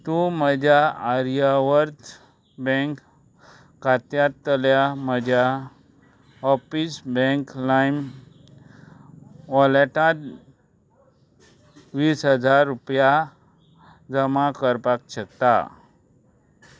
तूं म्हज्या आर्यावर्त बँक खात्यांतल्या म्हज्या ऑपीस बँक लाइम वॉलेटांत वीस हजार रुपया जमा करपाक शकता